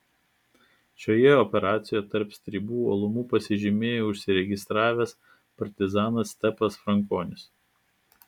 šioje operacijoje tarp stribų uolumu pasižymėjo užsiregistravęs partizanas stepas frankonis